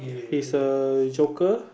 he's a joker